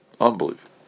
Unbelievable